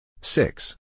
Six